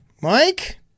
Mike